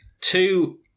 two